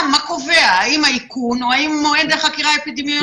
זה כמו שמפעילים אזעקות ולא נפל טיל.